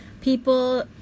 people